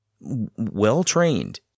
well-trained